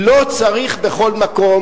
לא צריך בכל מקום.